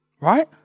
Right